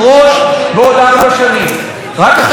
רק אחרי שתיפתחנה חקירות בעניין הזה.